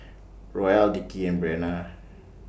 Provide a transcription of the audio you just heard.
Roel Dickie and Breanna